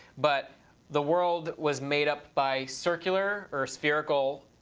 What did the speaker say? but the world was made up by circular, or spherical,